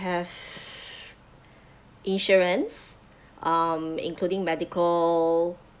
have insurance um including medical